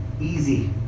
easy